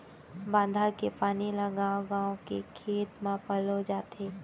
बांधा के पानी ल गाँव गाँव के खेत म पलोए जाथे